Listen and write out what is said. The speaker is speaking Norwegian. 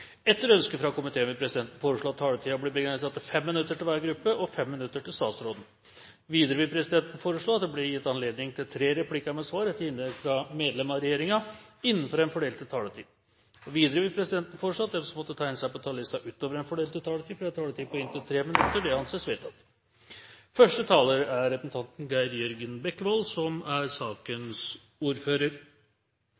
Etter ønske fra kommunal- og forvaltningskomiteen vil presidenten foreslå at taletiden blir begrenset til 5 minutter til hver gruppe og 5 minutter til statsråden. Videre vil presidenten foreslå at det blir gitt anledning til tre replikker med svar etter innlegg fra medlem av regjeringen innenfor den fordelte taletid. Videre vil presidenten foreslå at de som måtte tegne seg på talerlisten utover den fordelte taletid, får en taletid på inntil 3 minutter. – Det anses vedtatt. Det er sent på kvelden, så jeg skal ikke holde noe langt innlegg. I den saken